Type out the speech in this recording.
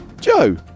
Joe